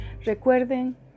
recuerden